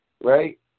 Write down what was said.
right